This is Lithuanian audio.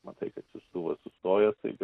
matai kad siųstuvas sustoja staiga